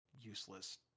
useless